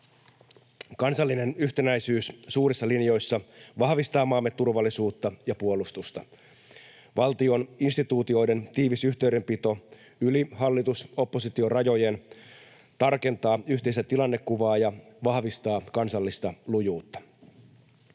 Kansallinen yhtenäisyys suurissa linjoissa vahvistaa maamme turvallisuutta ja puolustusta. Valtion instituutioiden tiivis yhteydenpito yli hallitus—oppositio-rajojen tarkentaa yhteistä tilannekuvaa ja vahvistaa kansallista lujuutta.